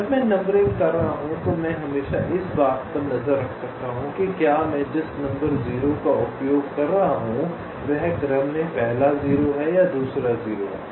जब मैं नंबरिंग कर रहा हूं तो मैं हमेशा इस बात पर नज़र रख सकता हूं कि क्या मैं जिस नंबर 0 का उपयोग कर रहा हूं वह क्रम में पहला 0 या दूसरा 0 है